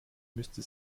müsste